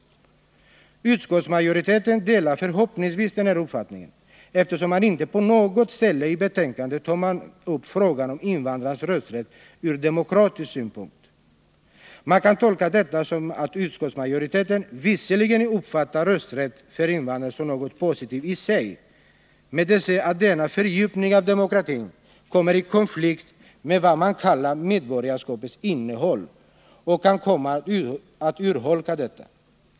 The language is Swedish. Utskottsmajoriteten delar förhoppningsvis den uppfattningen, eftersom man inte på något ställe i betänkandet tar upp frågan om invandrarnas rösträtt ur demokratisk 61 synpunkt. Man kan tolka detta som att utskottsmajoriteten visserligen uppfattar rösträtt för invandrare som något positivt i sig, men de ser att denna fördjupning av demokratin kommer i konflikt med vad man kallar medborgarskapets innehåll och kan komma att urholka detta.